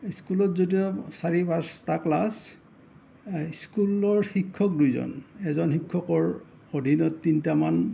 স্কুলত যদিও চাৰি পাঁচটা ক্লাছ স্কুলৰ শিক্ষক দুজন এজন শিক্ষকৰ অধীনত তিনিটামান